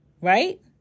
Right